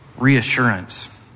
reassurance